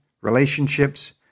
relationships